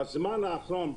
בזמן האחרון,